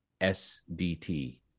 sdt